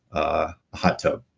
a hot tub.